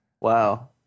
Wow